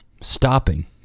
stopping